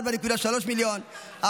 4.3 מיליון,